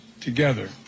together